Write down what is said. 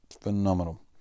phenomenal